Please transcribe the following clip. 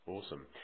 Awesome